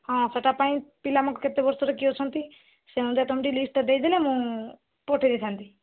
ହଁ ସେଇଟା ପାଇଁ ପିଲାମାନଙ୍କ କେତେ ବର୍ଷରେ କିଏ ଅଛନ୍ତି ସେହି ଅନୁଯାୟୀ ତୁମେ ଟିକେ ଲିଷ୍ଟଟା ଦେଇଦେଲେ ମୁଁ ପଠେଇ ଦେଇଥାନ୍ତି